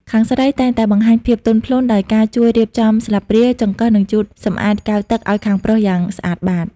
ខាងស្រីតែងតែបង្ហាញភាពទន់ភ្លន់ ដោយការជួយរៀបចំស្លាបព្រា ចង្កឹះ និងជូតសម្អាតកែវទឹកឱ្យខាងប្រុសយ៉ាងស្អាតបាត។